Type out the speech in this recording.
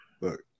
look